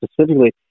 specifically